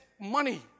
money